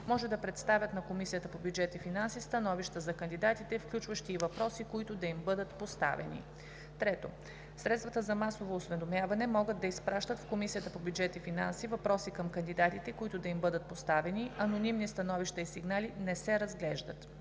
може да представят на Комисията по бюджет и финанси становища за кандидатите, включващи и въпроси, които да им бъдат поставени. 3. Средствата за масово осведомяване могат да изпращат в Комисията по бюджет и финанси въпроси към кандидатите, които да им бъдат поставени. Анонимни становища и сигнали не се разглеждат.